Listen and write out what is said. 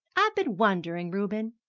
i've been wondering, reuben,